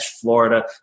Florida